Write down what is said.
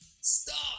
Stop